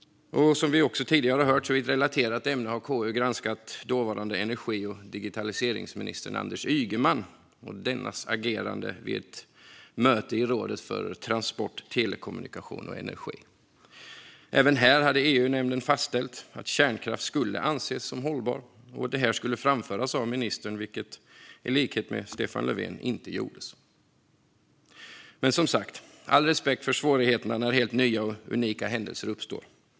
Som vi tidigare har hört har KU i ett relaterat ämne granskat dåvarande energi och digitaliseringsministern Anders Ygeman och dennes agerande vid ett möte i rådet för transport, telekommunikation och energi. Även här hade EU-nämnden fastställt att kärnkraft skulle anses som hållbar och att detta skulle framföras av ministern, vilket han, i likhet med Stefan Löfven, inte gjorde. Men som sagt, all respekt för svårigheterna när helt nya och unika händelser uppstår.